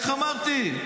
איך אמרתי?